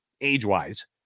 age-wise